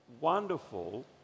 wonderful